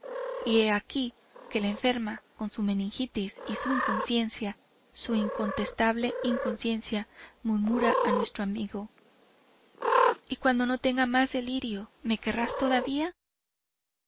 y he aquí que la enferma con su meningitis y su inconsciencia su incontestable inconsciencia murmura a nuestro amigo y cuando no tenga más delirio me querrás todavía